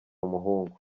umuhungu